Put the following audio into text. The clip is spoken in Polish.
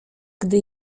gdy